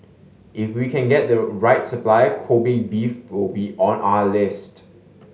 if we can get the right supplier Kobe beef will be on our list